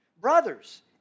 Brothers